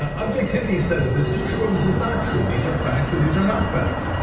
ah objectivity says, this is true and this is not true. these are facts and these are not facts.